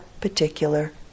particular